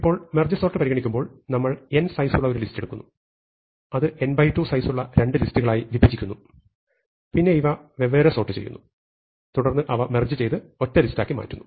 ഇപ്പോൾ merge sort പരിഗണിക്കുമ്പോൾ നമ്മൾ n സൈസുള്ള ഒരു ലിസ്റ്റ് എടുക്കുന്നു അത് n2 സൈസുള്ള രണ്ട് ലിസ്റ്റുകളായി വിഭജിക്കുന്നു പിന്നെ ഇവ വെവ്വേറെ സോർട്ട് ചെയ്യുന്നു തുടർന്ന് അവ മെർജ് ചെയ്ത് ഒറ്റ ലിസ്റ്റാക്കി മാറ്റുന്നു